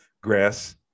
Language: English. grass